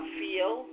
feel